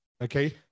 okay